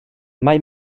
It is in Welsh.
mae